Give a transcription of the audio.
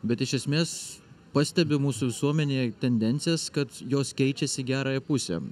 bet iš esmės pastebiu mūsų visuomenėje tendencijas kad jos keičiasi į gerąją pusę